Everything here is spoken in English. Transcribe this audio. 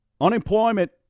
unemployment